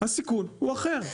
הסיכון הוא אחר,